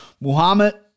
Muhammad